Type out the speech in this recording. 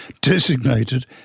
designated